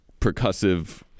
percussive